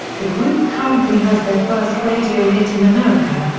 the group currently has their first radio hit in america,